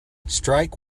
strike